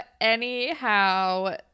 Anyhow